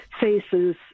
faces